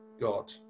God